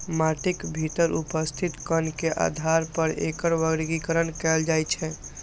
माटिक भीतर उपस्थित कण के आधार पर एकर वर्गीकरण कैल जाइ छै